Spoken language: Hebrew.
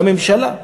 על הממשלה.